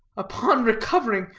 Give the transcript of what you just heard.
upon recovering,